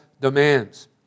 demands